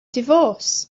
divorce